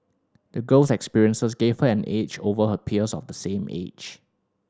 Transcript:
the girl's experiences gave her an edge over her peers of the same age